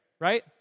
Right